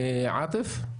עאטף,